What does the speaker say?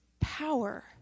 power